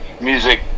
music